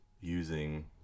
using